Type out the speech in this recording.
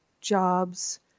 jobs